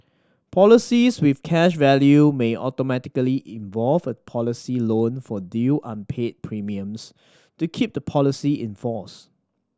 policies with cash value may automatically policy loan for due unpaid premiums to keep the policy in force